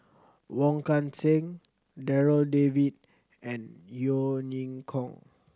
Wong Kan Seng Darryl David and Yeo Ning Hong